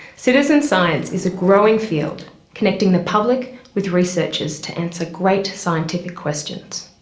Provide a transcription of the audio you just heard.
citizen science is a growing field connecting the public with researchers to answer great scientific questions.